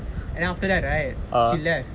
and then after that right she left